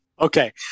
Okay